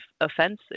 offensive